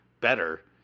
better